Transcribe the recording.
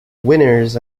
winners